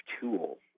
tool